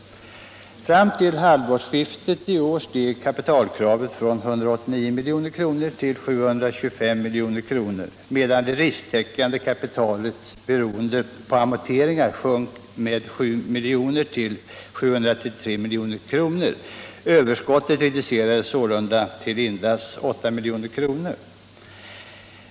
Fram till halvårsskiftet i år steg kapitalkravet från 189 milj.kr. till 725 milj.kr. medan det risktäckande kapitalet, beroende på amorteringar, sjönk med 7 miljoner till 733 milj.kr. Överskottet reducerades sålunda till endast 8 milj.kr.